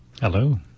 Hello